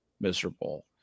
miserable